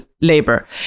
labor